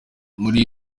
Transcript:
muri